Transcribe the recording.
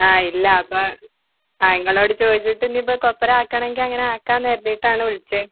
ആ ഇല്ല അപ്പം ആ ഇങ്ങളോട് ചോദിച്ചിട്ട് ഇനിയിപ്പം കൊപ്രാ ആക്കണമെങ്കിൽ അങ്ങനെ ആക്കാം എന്ന് കരുതിയിട്ടാണ് വിളിച്ചത്